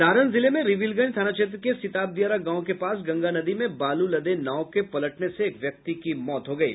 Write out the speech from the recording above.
सारण जिले में रिविलगंज थाना क्षेत्र के सिताबदियारा गांव के पास गंगा नदी में बालू लदे नाव के पलटने से एक व्यक्ति की मौत हो गयी